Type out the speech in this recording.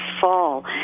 fall